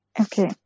Okay